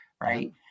right